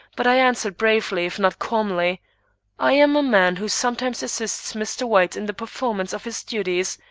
but i answered bravely if not calmly i am a man who sometimes assists mr. white in the performance of his duties,